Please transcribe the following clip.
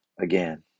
again